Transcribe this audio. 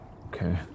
Okay